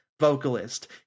vocalist